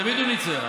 תמיד הוא ניצח,